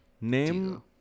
Name